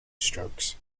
strokes